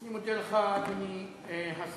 אני מודה לך, אדוני השר.